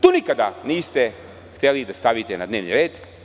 To nikada niste hteli da stavite na dnevni red.